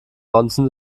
bonzen